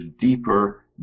deeper